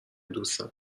دوستم